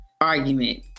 argument